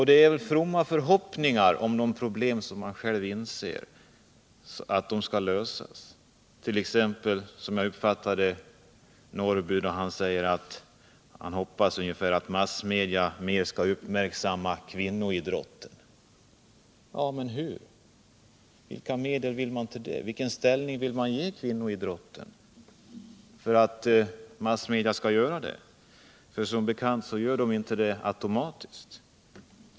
Det är väl bara fromma förhoppningar man har om att kunna lösa de problem som man själv inser måste lösas. Jag uppfattade att Karl-Eric Norrby hoppas att massmedia skall uppmärksamma kvinnoidrotten mer. Men hur? Vilken ställning vill man ge kvinnoidrotten? Och vilka medel behövs för att massmedia skall uppmärksamma den? Som bekant sker det inte automatiskt.